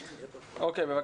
תודה.